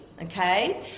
Okay